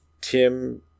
Tim